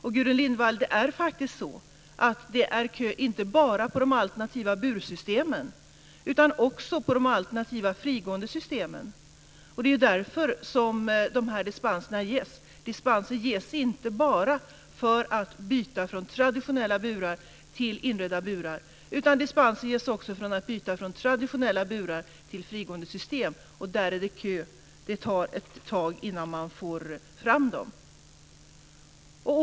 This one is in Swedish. Och, Gudrun Lindvall, det är faktiskt så att det är kö, inte bara för de alternativa bursystemet utan också för de alternativa frigående systemen. Det är därför som det ges dispenser. Dispenser ges inte bara för byte från traditionella burar till inredda burar, utan dispenser ges också för byte från traditionella burar till frigående system, och där är det kö. Det tar ett tag innan man får fram sådana system.